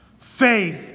Faith